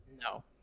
No